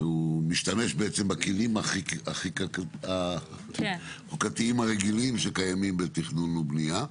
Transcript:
הוא משתמש בעצם בכלים החוקתיים הרגילים שקיימים בתכנון ובנייה.